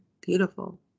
beautiful